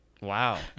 Wow